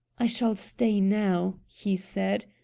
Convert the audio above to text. i shall stay now, he said.